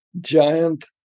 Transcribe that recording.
giant